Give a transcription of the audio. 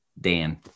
dan